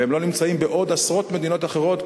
והם לא נמצאים בעשרות מדינות אחרות,